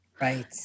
Right